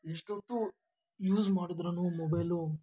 ಎಷ್ಟೊತ್ತು ಯೂಝ್ ಮಾಡಿದರೂನೂ ಮೊಬೈಲು